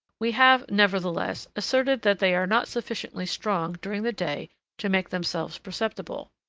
we have, nevertheless, asserted that they are not sufficiently strong during the day to make themselves perceptible.